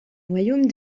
royaume